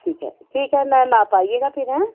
ठीक है ठीक है डायरी आप आईएगा फिर हैं